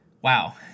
Wow